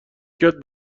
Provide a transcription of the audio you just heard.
کرد